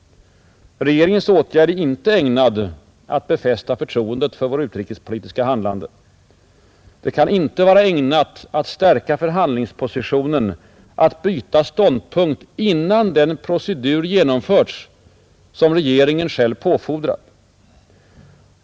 Regeringens åtgärd är inte ägnad att befästa förtroendet för vårt utrikespolitiska handlande. Det kan inte vara ägnat att stärka förhandlingspositionen att byta ståndpunkt innan den procedur genomförts som regeringen själv påfordrat.